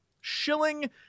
Shilling